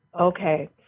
Okay